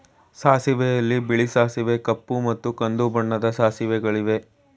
ಸಾಸಿವೆಯಲ್ಲಿ ಬಿಳಿ ಸಾಸಿವೆ ಕಪ್ಪು ಮತ್ತು ಕಂದು ಬಣ್ಣದ ಸಾಸಿವೆಗಳಿವೆ